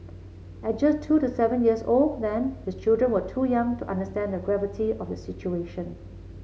at just two the seven years old then his children were too young to understand the gravity of the situation